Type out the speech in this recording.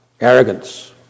Arrogance